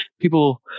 people